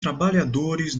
trabalhadores